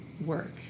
work